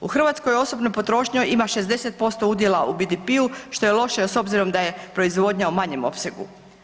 U Hrvatskoj osobna potrošnja ima 60% udjela u BDP-u što je loše s obzirom da je proizvodnja u manjem opsegu.